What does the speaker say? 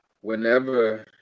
whenever